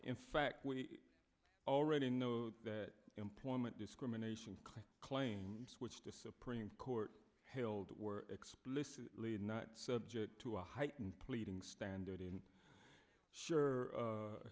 in fact we already know that employment discrimination claims which the supreme court held were explicitly not subject to a heightened pleading standard in sure